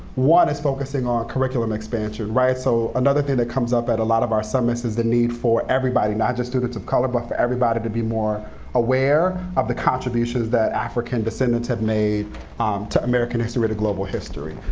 one is focusing on curriculum expansion. so another thing that comes up at a lot of our summits is the need for everybody, not just students of color, but for everybody to be more aware of the contributions that african descendants have made to american history or to global history.